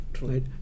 right